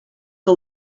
que